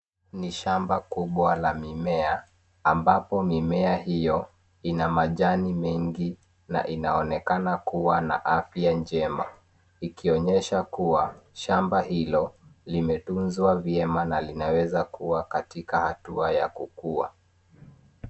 Ni shamba kubwa la mimea, ambapo mimea hiyo ina majani mengi na inaonekana kuwa na afya njema. Ikionyesha kuwa shamba hilo limetunzwa vyema na linawezakuwa katika hatua ya kukuwa.